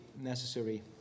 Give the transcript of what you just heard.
necessary